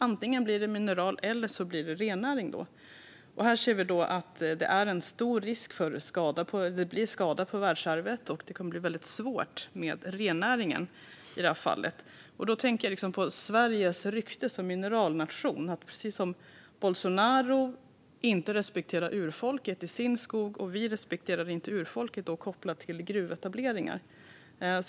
Antingen blir det mineral, eller så blir det rennäring. Här ser vi en stor risk för skada på världsarvet. Det kommer också att bli väldigt svårt med rennäringen. Då tänker jag på Sveriges rykte som mineralnation. Precis som Bolsonaro inte respekterar urfolket i sin skog respekterar vi inte urfolket kopplat till gruvetableringar.